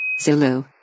Zulu